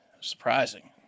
surprising